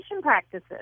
practices